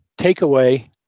takeaway